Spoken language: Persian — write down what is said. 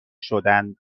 شدند